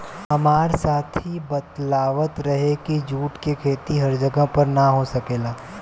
हामार साथी बतलावत रहे की जुट के खेती हर जगह पर ना हो सकेला